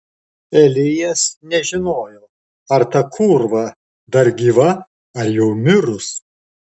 elijas nežinojo ar ta kūrva dar gyva ar jau mirus